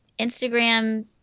Instagram